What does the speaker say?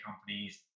companies